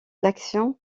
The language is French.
l’action